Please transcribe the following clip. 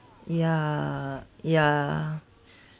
ya ya